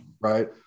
Right